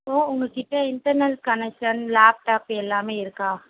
so உங்கள் கிட்டே internal connection laptop எல்லாமே இருக்கா